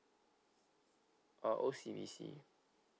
ah O_C_B_C